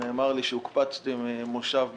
נאמר לי שהוקפצתי ממושב בצפון.